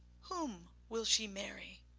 whom will she marry?